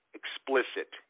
explicit